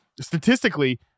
statistically